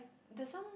there's some